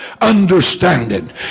understanding